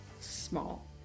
small